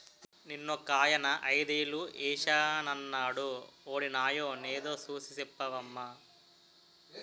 నిన్నొకాయన ఐదేలు ఏశానన్నాడు వొడినాయో నేదో సూసి సెప్పవమ్మా